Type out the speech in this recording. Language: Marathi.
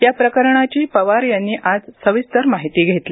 या प्रकरणाची पवार यांनी आज सविस्तर माहिती घेतली